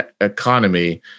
economy